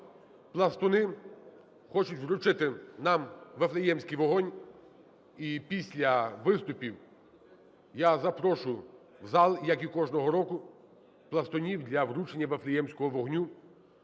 пластуни хочуть вручити нам Вифлеємський вогонь, і після виступів я запрошу в зал, як і кожного року, пластунів для вручення Вифлеємського вогню.